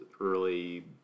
early